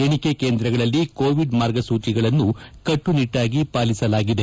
ಎಣಿಕೆ ಕೇಂದ್ರಗಳಲ್ಲಿ ಕೊವಿಡ್ ಮಾರ್ಗಸೂಚಿಗಳನ್ನು ಕಟ್ಟು ನಿಟ್ಟಾಗಿ ಪಾಲಿಸಲಾಗಿದೆ